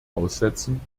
aussetzen